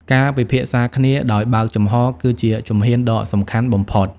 ការពិភាក្សាគ្នាដោយបើកចំហ គឺជាជំហានដ៏សំខាន់បំផុត។